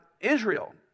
Israel